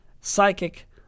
Psychic